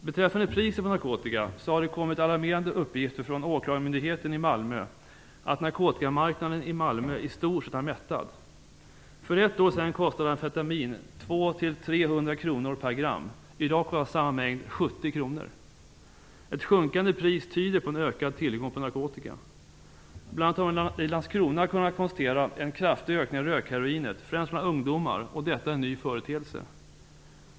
Beträffande priset på narkotika har det kommit alarmerande uppgifter från Åklagarmyndigheten i Malmö om att narkotikamarknaden där i stort sett är mättad. För ett år sedan kostade amfetamin 200-300 kr per gram. I dag kostar samma mängd ca 70 kr. Ett sjunkande pris tyder på en ökad tillgång på narkotika. Bl.a. har man i Landskrona kunnat konstatera en kraftig ökning av rökheroinet, främst bland ungdomar, och detta är en ny företeelse.